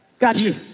got you.